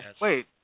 wait